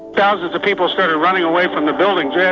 thousands of people started running away from the buildings yeah